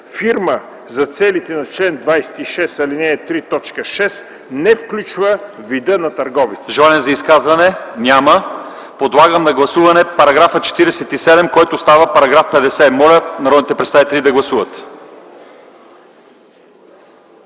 „Фирма” за целите на чл. 26, ал. 3, т. 6 не включва вида на търговеца.”